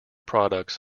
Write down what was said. products